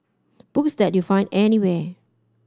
books that you find anywhere